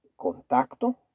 contacto